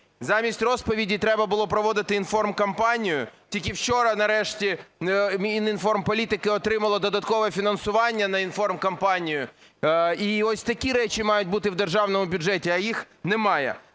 Замість розповіді, треба було проводили інформкампанію. Тільки вчора нарешті Мінінформполітики отримало додаткове фінансування на інформкампанію. І ось такі речі мають бути в державному бюджеті, а їх немає.